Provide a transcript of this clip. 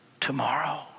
tomorrow